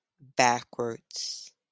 backwards